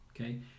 okay